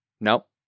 Nope